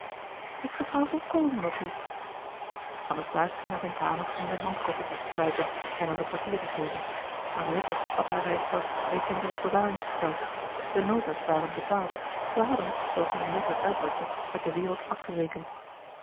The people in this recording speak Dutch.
ik vertrouw volkomen op u anasthase ging naar zijne kamer om zijn handkoffertje te sluiten en aan den portier te geven henriette had haar reistasch reeds in diens bewaring gesteld de nota's waren betaald zij hadden zooals henriette het uitdrukte met de wereld afgerekend